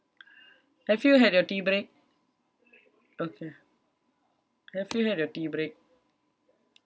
have you had your tea break okay have you had your tea break